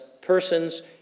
persons